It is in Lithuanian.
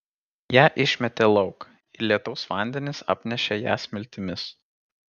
ją išmetė lauk ir lietaus vandenys apnešė ją smiltimis